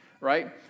right